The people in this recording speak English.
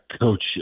coach